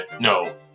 no